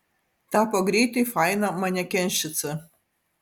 tapo greitai faina manekenščica